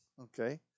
Okay